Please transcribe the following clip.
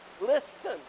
listen